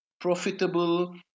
profitable